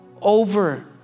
over